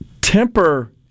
Temper